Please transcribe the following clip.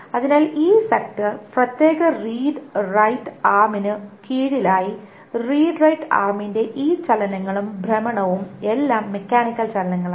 അതിനാൽ ഈ സെക്ടർ പ്രത്യേക റീഡ് റൈറ്റ് ആർമിനു കീഴിലായി റീഡ് റൈറ്റ് ആർമിന്റെ ഈ ചലനങ്ങളും ഭ്രമണവും എല്ലാം മെക്കാനിക്കൽ ചലനങ്ങളാണ്